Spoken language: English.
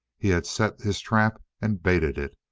he had set his trap and baited it,